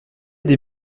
des